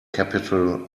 capital